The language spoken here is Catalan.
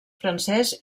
francès